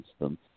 instance